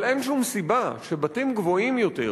אבל אין שום סיבה שבתים גבוהים יותר,